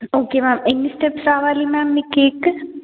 okay ma'am ఎన్ని steps రావాలి ma'am మీ కేక్